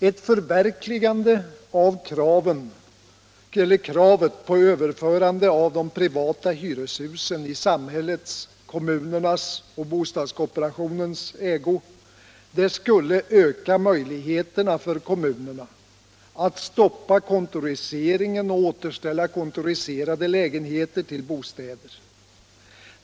Ett förverkligande av kravet på överförande av de privata hyreshusen i samhällets — kommunernas och bostadskooperationens — ägo skulle öka möjligheterna för kommunerna att stoppa kontoriseringen och återställa kontoriserade lägenheter till bostäder.